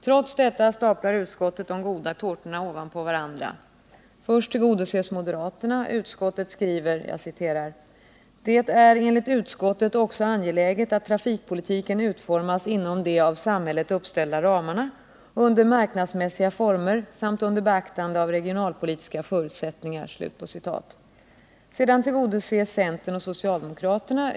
Trots detta staplar utskottet de goda tårtorna ovanpå varandra. Först tillgodoses moderaterna. Utskottet skriver: ”Det är enligt utskottet också angeläget att trafikpolitiken utformas ——-- inom de av samhället uppställda ramarna och under marknadsmässiga former samt under beaktande av regionalpolitiska förutsättningar.” Sedan tillgodoses centern och socialdemokraterna.